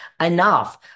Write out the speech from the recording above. Enough